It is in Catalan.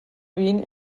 vint